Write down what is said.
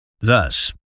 Thus